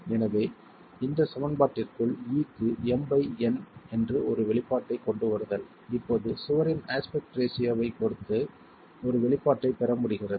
எனவே இந்த சமன்பாட்டிற்குள் e க்கு M பை N என்று ஒரு வெளிப்பாட்டைக் கொண்டுவருதல் இப்போது சுவரின் அஸ்பெக்ட் ரேஷியோ வைப் பொறுத்து ஒரு வெளிப்பாட்டைப் பெற முடிகிறது